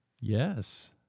Yes